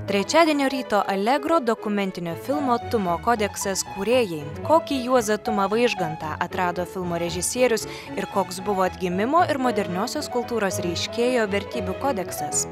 trečiadienio ryto allegro dokumentinio filmo tumo kodeksas kūrėjai kokį juozą tumą vaižgantą atrado filmo režisierius ir koks buvo atgimimo ir moderniosios kultūros reiškėjo vertybių kodeksas